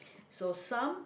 so some